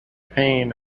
pain